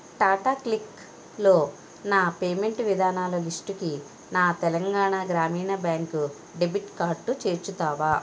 టాటా క్లిక్లో నా పేమెంట్ విధానాల లిస్టుకి నా తెలంగాణ గ్రామీణ బ్యాంక్ డెబిట్ కార్డుతో చేర్చుతావా